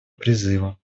призыва